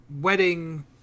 Wedding